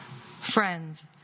Friends